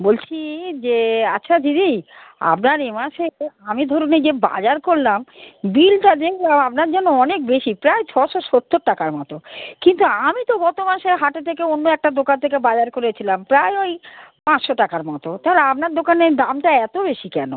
বলছি যে আচ্ছা দিদি আপনার এ মাসে আমি ধরুন এই যে বাজার করলাম বিলটা দেখলাম আপনার যেন অনেক বেশি প্রায় ছশো সত্তর টাকার মতো কিন্তু আমি তো গত মাসে হাটের থেকে অন্য একটা দোকান থেকে বাজার করেছিলাম প্রায় ওই পাঁচশো টাকার মতো তাহলে আপনার দোকানে দামটা এত বেশি কেন